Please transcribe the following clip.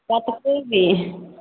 पातकोबी